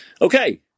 Okay